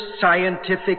scientific